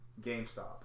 GameStop